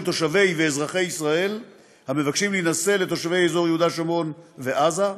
תושבי ואזרחי ישראל המבקשים להינשא לתושבי איו"ש ועזה,